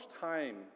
time